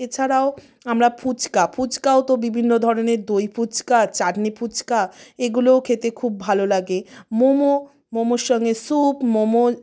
এছাড়াও আমরা ফুচকা ফুচকাও তো বিভিন্ন ধরনের দই ফুচকা চাটনি ফুচকা এগুলোও খেতে খুব ভালো লাগে মোমো মোমোর সঙ্গে স্যুপ মোমো